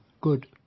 good